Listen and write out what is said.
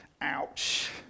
Ouch